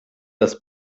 das